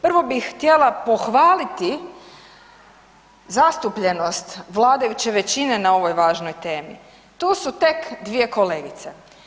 Prvo bih htjela pohvaliti zastupljenost vladajuće većine na ovoj važnoj temi, tu su tek dvije kolegice.